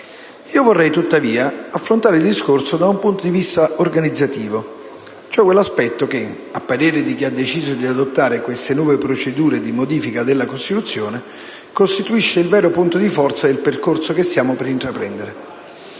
Vorrei, tuttavia, affrontare il discorso da un punto di vista organizzativo, cioè quell'aspetto che, a parere di chi ha deciso di adottare queste nuove procedure di modifica della Costituzione, costituisce il vero punto di forza del percorso che stiamo per intraprendere.